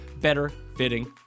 better-fitting